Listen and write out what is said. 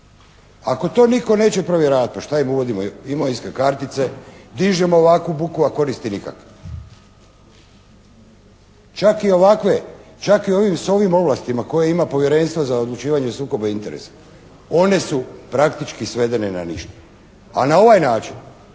Ako to nitko neće provjeravati, pa šta im uvodimo, imovinske kartice, dižemo ovakvu buku, a koriste nikakve. Čak i ovakve, čak i s ovim ovlastima koje ima Povjerenstvo za odlučivanje o sukobu interesa, one su praktički svedene na ništa. A na ovaj način,